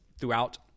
throughout